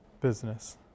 Business